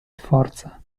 forza